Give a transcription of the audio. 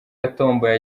yatomboye